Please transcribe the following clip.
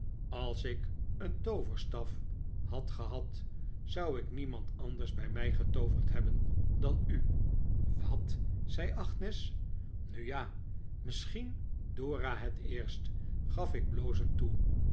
als ik een tooverstaf had gehad zou ik niemand anders bij mij getooverd hebben dan u wat zei agnes nu ja misschien dora het eerst gaf ik blozend toe